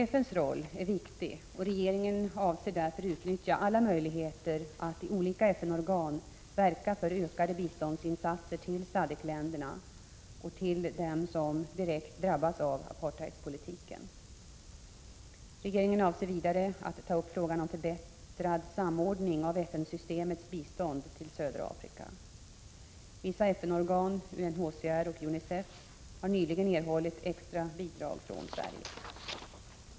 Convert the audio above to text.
FN:s roll är viktig och regeringen avser därför utnyttja alla möjligheter att i olika FN-organ verka för ökade biståndsinsatser till SADCC-länderna och till dem som direkt drabbas av apartheidpolitiken. Regeringen avser vidare ta upp frågan om förbättrad samordning av FN-systemets bistånd till södra Afrika. Vissa FN-organ, UNHCR och UNICEF, har nyligen erhållit extra bidrag från Sverige.